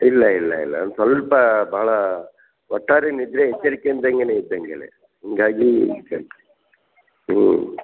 ಇಲ್ಲ ಇಲ್ಲ ಇಲ್ಲ ಸ್ವಲ್ಪ ಭಾಳ ಒಟ್ಟಾರೆ ನಿದ್ರೆ ಎಚ್ಚರಿಕೆ ಇದ್ದಂಗೇನೇ ಇದ್ದಂತೆಯೇ ಹೀಗಾಗಿ ಕೇಳ್ತು ಹ್ಞೂ